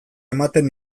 ematen